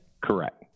Correct